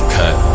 cut